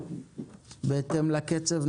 בהתאם לקצב,